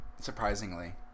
surprisingly